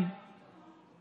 1. 2. להתחייב,